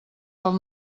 dels